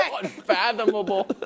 Unfathomable